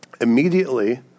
Immediately